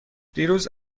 دیروز